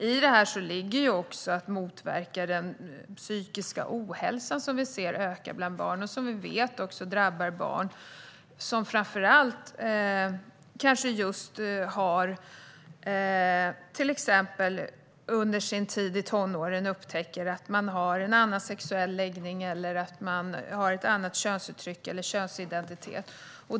I detta ligger också att motverka den psykiska ohälsan, som vi ser öka bland barn. Vi vet att den framför allt drabbar barn som under tonårstiden upptäcker att de har en annan sexuell läggning, ett annat könsuttryck eller en annan könsidentitet.